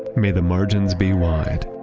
may the margins be wide,